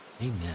amen